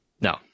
no